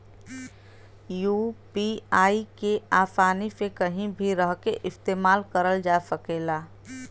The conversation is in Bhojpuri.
यू.पी.आई के आसानी से कहीं भी रहके इस्तेमाल करल जा सकला